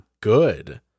good